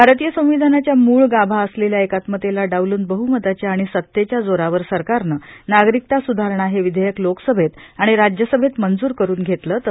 भारतीय सविधानाच्या मूळ गाभा असलेल्या एकात्मतेला डावलून बहमताच्या आणि सतेच्या जोरावर सरकारने नागरिकता स्धारणा हे विधेयक लोकसभेत आणि राज्यसभेत मफूर करून घेतले आहे